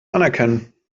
anerkennen